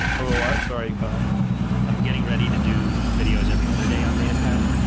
oh what sorry caught i'm getting ready to do videos every other day on datapad.